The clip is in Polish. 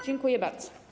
Dziękuję bardzo.